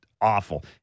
awful